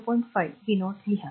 5 r v0 लिहा